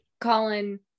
Colin